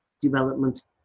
development